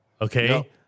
Okay